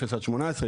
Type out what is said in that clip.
0-18,